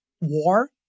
War